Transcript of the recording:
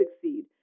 succeed